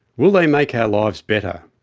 will they make our lives better?